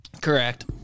Correct